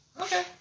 Okay